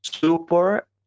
Super